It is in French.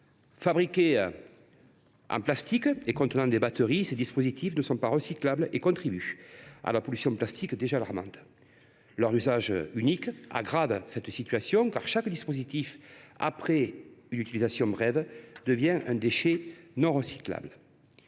Fabriqués en plastique et contenant des batteries, ces produits ne sont pas recyclables et contribuent à la pollution plastique, déjà alarmante. Leur usage unique aggrave cette situation, car chaque dispositif, après une utilisation brève, devient un déchet non recyclable.